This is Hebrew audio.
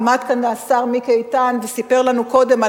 עמד כאן השר מיקי איתן וסיפר לנו קודם על